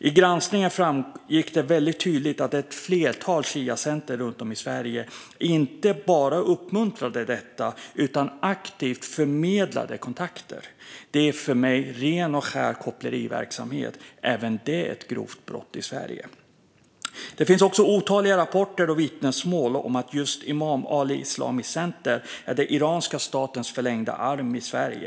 I granskningen framgick det väldigt tydligt att ett flertal shiacenter runt om i Sverige inte bara uppmuntrade detta utan aktivt förmedlade kontakter. Det är för mig ren och skär koppleriverksamhet - även det ett grovt brott i Sverige. Det finns också otaliga rapporter och vittnesmål om att just Imam Ali Islamic Center är den iranska statens förlängda arm i Sverige.